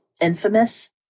infamous